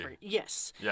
Yes